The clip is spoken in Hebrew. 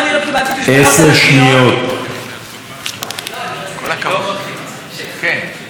איילת, חסכת עשר שניות, תודה רבה.